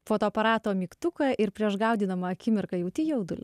fotoaparato mygtuką ir prieš gaudydama akimirką jauti jaudulį